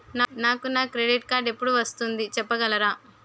నాకు నా credit card ఎపుడు వస్తుంది చెప్పగలరా?